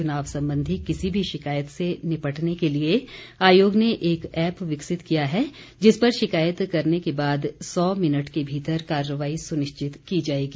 चुनाव संबंधित किसी भी शिकायत से निपटने के लिए आयोग ने एक ऐप विकसित किया है जिस पर शिकायत करने के बाद सौ मिनट के भीतर कार्रवाई सुनिश्चित की जाएगी